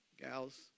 gals